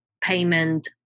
payment